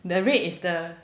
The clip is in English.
the red is the